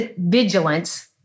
vigilance